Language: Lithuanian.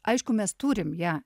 aišku mes turim ją